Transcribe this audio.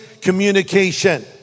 communication